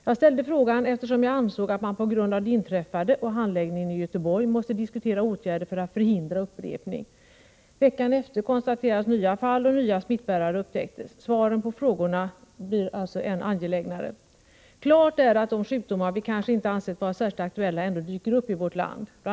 Jag ställde min fråga, därför att jag ansåg att man på grund av det inträffade och handläggningen i Göteborg måste diskutera åtgärder för att förhindra upprepning. Påföljande vecka konstaterades nya fall, och nya smittbärare upptäcktes. Svaren på frågorna blir därför än angelägnare. Klart är att sjukdomar som vi kanske inte ansett vara särskilt aktuella ändå dyker upp i vårt land. Bl.